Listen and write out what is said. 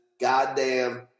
Goddamn